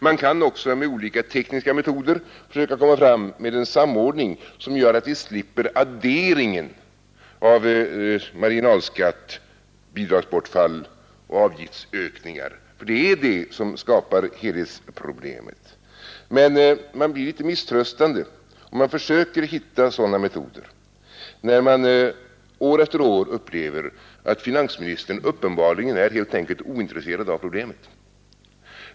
Man kan också med olika tekniska metoder försöka komma fram med en samordning som gör att vi slipper adderingen av marginalskatt, bidragsbortfall och avgiftsökningar, ty det är detta som skapar helhetsproblemet. Men man blir litet misströstande, om man försöker hitta sådana metoder, när man år efter år upplever att finansministern uppenbarligen är helt ointresserad av problemet.